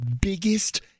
biggest